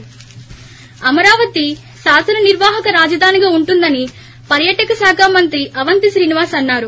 break Amaravati శాసన నిర్వహక రాజధానిగా ఉంటుందని పర్యాటక శాఖ మంత్రి అవంతి శ్రీనివాస్ అన్నారు